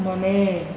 ಮನೆ